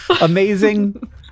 amazing